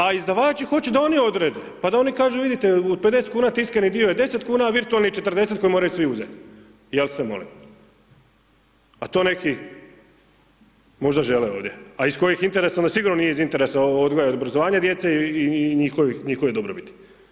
A izdavači hoće da oni odrede pa da oni kažu, vidite u 50 kuna tiskani dio je 10 kuna a virtualni 40 koji moraju svi uzeti, ... molim, a to neki možda žele ovdje a iz kojih interesa, onda sigurno nije iz interesa odgoja i obrazovanja djece i njihove dobrobiti.